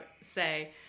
say